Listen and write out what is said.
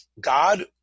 God